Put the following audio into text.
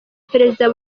perezida